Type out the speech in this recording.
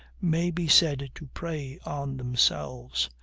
may be said to prey on themselves,